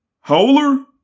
Howler